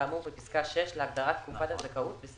כאמור בפסקה (6) להגדרה "תקופת הזכאות"